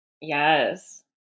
Yes